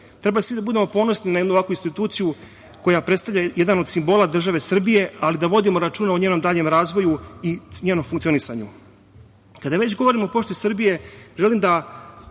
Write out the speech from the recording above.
Treba svi da budemo ponosni na jednu ovakvu instituciju koja predstavlja jedan od simbola države Srbije, ali da vodimo računa o njenom daljem razvoju i njenom funkcionisanju. Kada već govorimo o „Pošti Srbije“, želim da